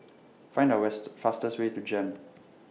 Find A West fastest Way to Jem